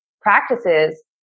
practices